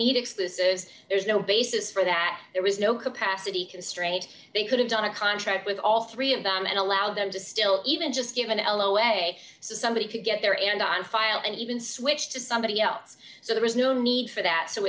need explosives there's no basis for that there was no capacity constraints they could have done a contract with all three of them and allowed them to still even just given l o l a so somebody could get their end on file and even switch to somebody else so there is no need for that so